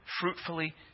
fruitfully